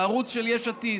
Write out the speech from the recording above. הערוץ של יש עתיד,